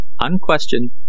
unquestioned